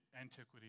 antiquity